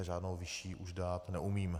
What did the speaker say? Žádnou vyšší už dát neumím.